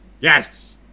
Yes